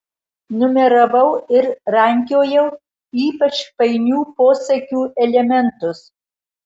numeravau ir rankiojau ypač painių posakių elementus